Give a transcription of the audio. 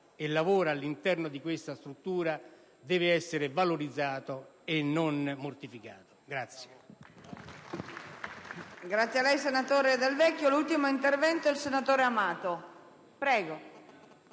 e lavora all'interno di questa struttura deve essere valorizzato e non mortificato.